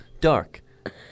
Dark